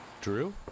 Drew